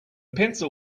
pencil